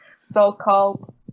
So-called